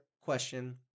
question